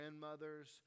grandmothers